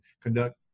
conduct